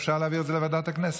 אפשר להעביר את זה לוועדת הכנסת.